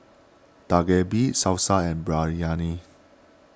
Dak Galbi Salsa and Biryani